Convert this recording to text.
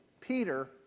Peter